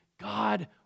God